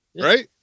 right